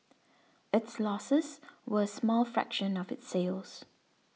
its losses were a small fraction of its sales